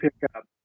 pickup